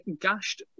gashed